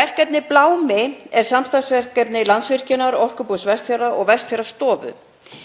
Verkefnið Blámi er samstarfsverkefni Landsvirkjunar, Orkubús Vestfjarða og Vestfjarðastofu.